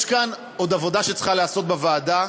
יש כאן עוד עבודה שצריכה להיעשות בוועדה.